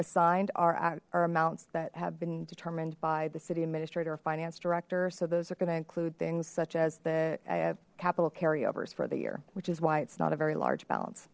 assigned hour amounts that have been determined by the city administrator or finance director so those are going to include things such as the i have capital carry overs for the year which is why it's not a very large balance